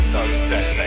Sunset